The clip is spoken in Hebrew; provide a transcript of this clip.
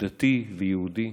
דתי ויהודי,